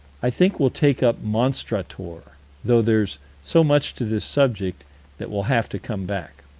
i think we'll take up monstrator, though there's so much to this subject that we'll have to come back.